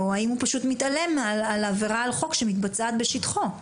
או הוא פשוט מתעלם מהעבירה על החוק שמתבצעת בשטחו?